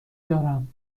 دارم